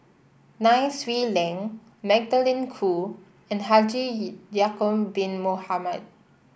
Nai Swee Leng Magdalene Khoo and Haji Ya'acob Bin Mohamed